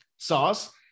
sauce